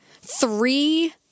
three